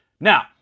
now